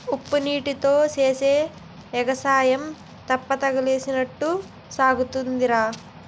ఉప్పునీటీతో సేసే ఎగసాయం తెప్పతగలేసినట్టే సాగుతాదిరా